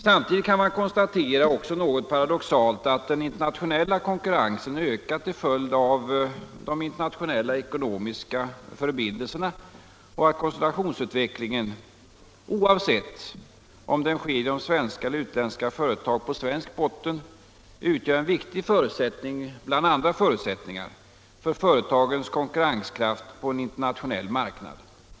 Samtidigt kan man konstatera — också något paradoxalt — att den internationella konkurrensen ökat till följd av de internationella ekonomiska förbindelserna och att koncentrationsutvecklingen, oavsett om den sker genom svenska eller utländska företag på svensk botten, utgör en viktig förutsättning bland flera andra för företagens konkurrenskraft på en internationell marknad.